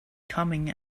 coming